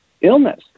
illness